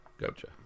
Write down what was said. Gotcha